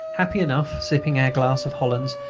happy enough, sipping our glass of hollands,